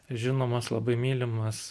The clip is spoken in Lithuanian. žinomas labai mylimas